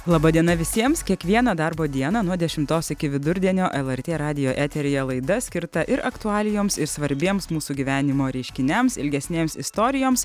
laba diena visiems kiekvieną darbo dieną nuo dešimtos iki vidurdienio elertė radijo eteryje laida skirta ir aktualijoms ir svarbiems mūsų gyvenimo reiškiniams ilgesnėms istorijoms